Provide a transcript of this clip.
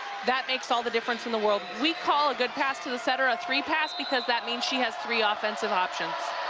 that makes all the difference in the world. we call a good pass to the center a three pass because that means she has three offensive options.